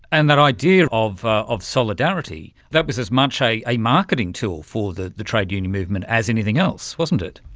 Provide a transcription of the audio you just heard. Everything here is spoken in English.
and that idea of of solidarity, that was as much a marketing tool for the the trade union movement as anything else, wasn't it.